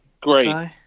great